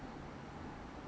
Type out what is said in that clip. ah ah ah ah yeah yeah yeah